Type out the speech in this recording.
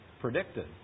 predicted